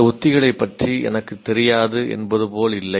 இந்த உத்திகளைப் பற்றி எனக்குத் தெரியாது என்பது போல் இல்லை